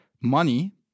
money